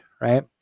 right